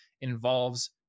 involves